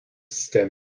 système